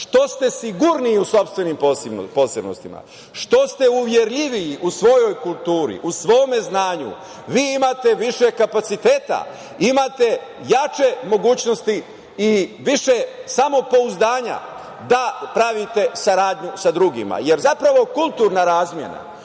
što ste sigurniji u sopstvenim posebnostima, što ste uverljiviji u svojoj kulturi, znanju, vi imate više kapaciteta, imate jače mogućnosti i više samopouzdanja da pravite saradnju sa drugima. Jer, zapravo kulturna razmena